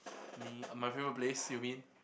me uh my favourite place you mean